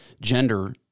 gender